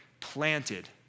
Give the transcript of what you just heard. planted